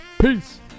Peace